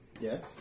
Yes